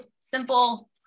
simple